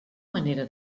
manera